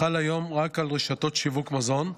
חל היום רק על רשתות שיווק מזון,